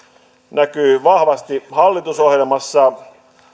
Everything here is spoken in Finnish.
näkyy vahvasti hallitusohjelmassa